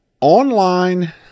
online